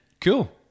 Cool